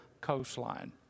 coastline